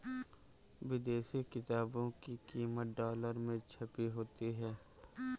विदेशी किताबों की कीमत डॉलर में छपी होती है